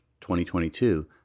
2022